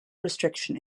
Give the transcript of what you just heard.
restriction